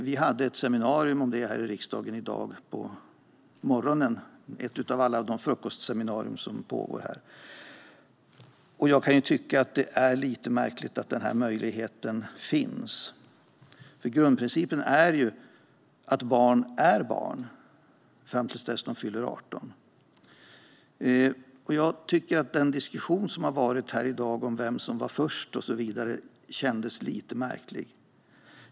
Vi hade ett seminarium om detta här i riksdagen i dag på morgonen - ett av alla de frukostseminarier som ordnas här. Jag kan tycka att det är lite märkligt att möjligheten finns. Grundprincipen är ju att barn är barn fram till dess att de fyller 18. Jag tycker att den diskussion som har varit här i dag om vem som var först och så vidare känns lite märklig.